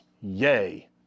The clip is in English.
Yay